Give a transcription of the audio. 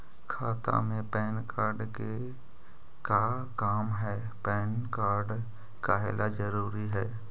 खाता में PAN card के का काम है पैन कार्ड काहे ला जरूरी है?